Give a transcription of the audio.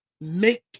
make